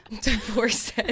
Divorced